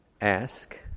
Ask